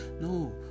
no